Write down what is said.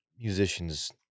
musicians